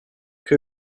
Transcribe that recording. que